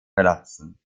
verlassen